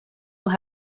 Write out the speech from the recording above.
will